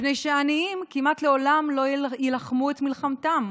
מפני שהעניים כמעט לעולם לא יילחמו את מלחמתם,